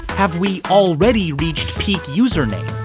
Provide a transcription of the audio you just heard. have we already reached peak username?